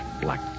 black